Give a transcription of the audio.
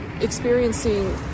experiencing